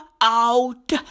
out